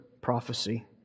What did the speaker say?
prophecy